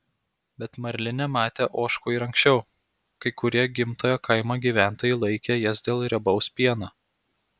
bet marlinė matė ožkų ir anksčiau kai kurie gimtojo kaimo gyventojai laikė jas dėl riebaus pieno